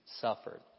suffered